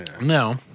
No